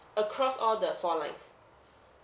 across all the four lines